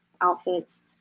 outfits